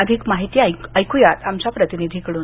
अधिक माहिती आमच्या प्रतिनिधीकडून